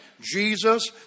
Jesus